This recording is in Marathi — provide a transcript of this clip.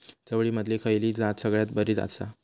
चवळीमधली खयली जात सगळ्यात बरी आसा?